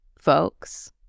folks